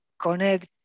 connect